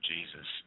Jesus